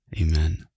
Amen